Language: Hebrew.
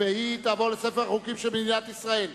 ותיכנס לספר החוקים של מדינת ישראל.